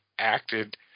acted